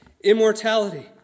immortality